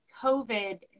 COVID